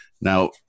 Now